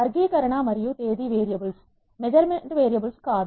వర్గీకరణ మరియు తేదీ వేరియబుల్స్ మెజర్మెంట్ వేరియబుల్స్ కాదు